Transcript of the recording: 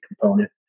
component